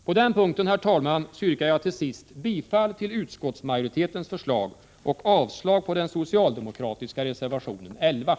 På denna punkt, herr talman, yrkar jag till sist bifall till utskottsmajoritetens förslag och avslag på den socialdemokratiska reservationen nr 11.